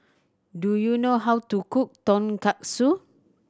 do you know how to cook Tonkatsu